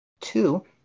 two